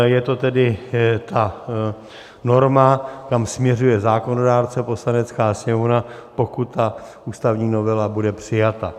Je to tedy ta norma, kam směřuje zákonodárce, Poslanecká sněmovna, pokud ta ústavní novela bude přijata.